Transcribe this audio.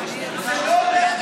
אז למה אתה מצביע